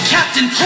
Captain